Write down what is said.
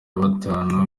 batanu